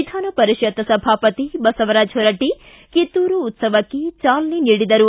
ವಿಧಾನ ಪರಿಷತ್ ಸಭಾಪತಿ ಬಸವರಾಜ ಹೊರಟ್ಟಿ ಕಿತ್ತೂರು ಉತ್ತವಕ್ಕೆ ಚಾಲನೆ ನೀಡಿದರು